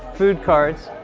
food cards,